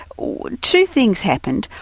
two things happened.